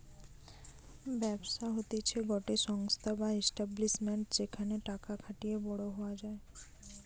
ব্যবসা হতিছে গটে সংস্থা বা এস্টাব্লিশমেন্ট যেখানে টাকা খাটিয়ে বড়ো হওয়া যায়